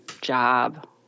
job